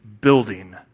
building